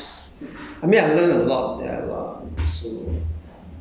I wouldn't say most interesting ah is most novels I mean I learn a lot there lah so